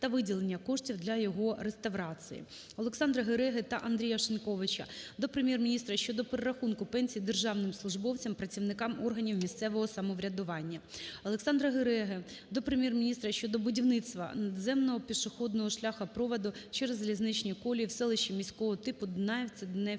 Олександра Гереги та Андрія Шиньковича до Прем'єр-міністра щодо перерахунку пенсій державним службовцям, працівникам органів місцевого самоврядування. Олександра Гереги до Прем'єр-міністра щодо будівництва надземного пішохідного шляхопроводу через залізничні колії в селищі міського типу